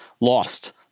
lost